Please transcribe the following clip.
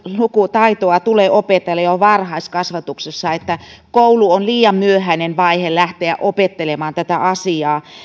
tulee opetella jo varhaiskasvatuksessa koulu on liian myöhäinen vaihe lähteä opettelemaan tätä asiaa